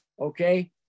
Okay